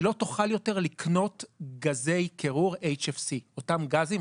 היא לא תוכל יותר לקנות גזי קירור HFC. אותם גזים,